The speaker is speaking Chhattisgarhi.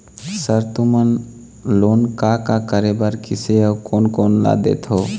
सर तुमन लोन का का करें बर, किसे अउ कोन कोन ला देथों?